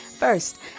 First